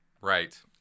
right